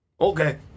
Okay